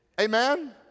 Amen